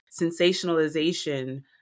sensationalization